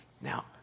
Now